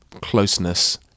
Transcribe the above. closeness